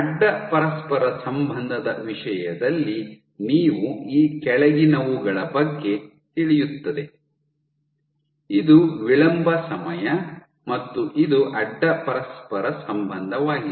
ಅಡ್ಡ ಪರಸ್ಪರ ಸಂಬಂಧದ ವಿಷಯದಲ್ಲಿ ನೀವು ಈ ಕೆಳಗಿನವುಗಳ ಬಗ್ಗೆ ತಿಳಿಯುತ್ತದೆ ಇದು ವಿಳಂಬ ಸಮಯ ಮತ್ತು ಇದು ಅಡ್ಡ ಪರಸ್ಪರ ಸಂಬಂಧವಾಗಿದೆ